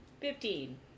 Fifteen